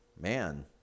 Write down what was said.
man